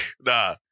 nah